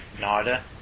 Nada